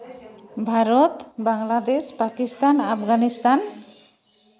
Bharat Bangladesh Pakistan Afghanistan